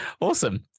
Awesome